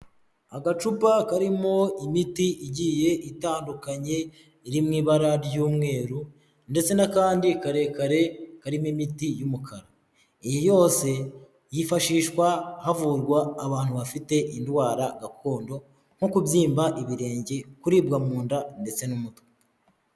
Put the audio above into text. Agacupa karimo imiti igiye itandukanye iri mu ibara ry'umweru ndetse n'akandi karekare karimo imiti y'umukara, iyi yose yifashishwa havurwa abantu bafite indwara gakondo nko kubyimba ibirenge, kuribwa mu nda ndetse n'umutwe.